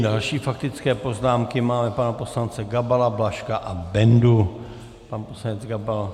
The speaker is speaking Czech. Další faktické poznámky máme pana poslance Gabala, Blažka a Bendu.